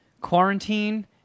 quarantine